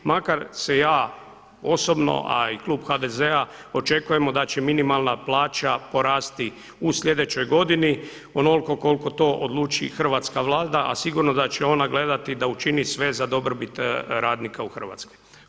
Makar se ja osobno, a i Klub HDZ-a očekujemo da će minimalna plaća porasti u sljedećoj godini onoliko koliko to odluči hrvatska Vlada, a sigurno da će ona gledati da učini sve za dobrobit radnika u Hrvatskoj.